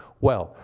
well,